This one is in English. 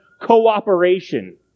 cooperation